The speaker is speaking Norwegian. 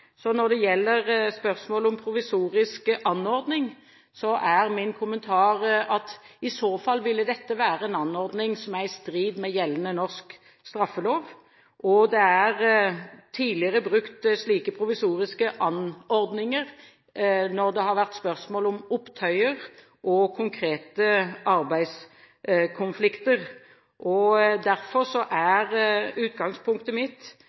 så fall ville dette være en anordning som er i strid med gjeldende norsk straffelov. Det er tidligere brukt slike provisoriske anordninger når det har vært spørsmål om opptøyer og konkrete arbeidskonflikter. Derfor er utgangspunktet mitt